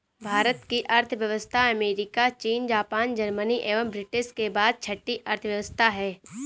भारत की अर्थव्यवस्था अमेरिका, चीन, जापान, जर्मनी एवं ब्रिटेन के बाद छठी अर्थव्यवस्था है